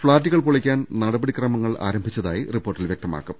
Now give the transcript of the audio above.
ഫ്ളാറ്റുകൾ പൊളിക്കാൻ നടപടി ക്രമങ്ങൾ ആരംഭിച്ചതായി റിപ്പോർട്ടിൽ വൃക്തമാക്കും